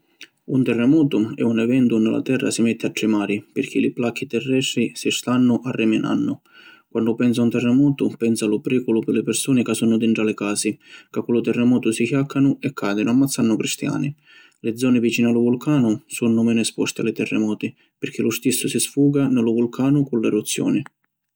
Un terremotu è un eventu unni la terra si metti a trimari pirchì li placchi terrestri si stannu arriminannu. Quannu pensu a un terremotu pensu a lu priculu pi li pirsuni ca sunnu dintra li casi ca cu lu terremotu si ciaccanu e cadinu ammazzannu cristiani. Li zoni vicinu a lu vulcanu sunnu menu esposti a li terremoti pirchì lu stissu si sfuga ni lu vulcanu cu l’eruzioni.